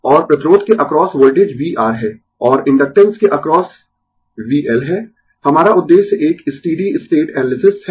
और प्रतिरोध के अक्रॉस वोल्टेज vR है और इंडक्टेन्स के अक्रॉस VL है हमारा उद्देश्य एक स्टीडी स्टेट एनालिसिस है